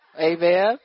Amen